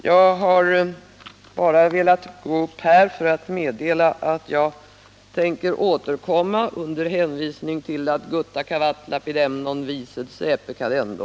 Jag gick upp i talarstolen bara för att meddela att jag tänker återkomma — under hänvisning till talesättet gutta cavat lapidem, non vi sed saepe cadendo.